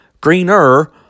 greener